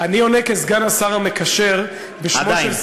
אני עונה כסגן השר המקשר, עדיין.